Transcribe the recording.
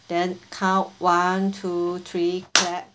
then count one two three